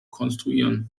konstruieren